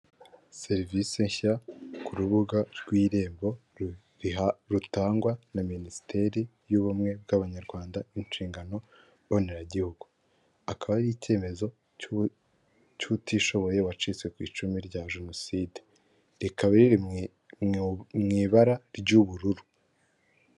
Serivisi nshya ku rubuga rwa Irembo rutangwa na minisiteri y'ubumwe bw'abanyarwanda inshingano mboneragihugu akaba ari icyemezo cy'utishoboye uwacitse ku icumu rya jenoside rikaba riri mu ibara ry'ubururu .